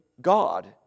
God